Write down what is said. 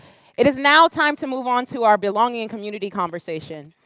it is now time to move on to our belonging community conversation